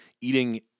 eating